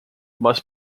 must